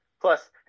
Plus